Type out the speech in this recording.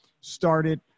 started